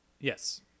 Yes